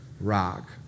rock